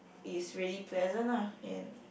is really pleasant ah in